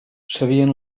sabien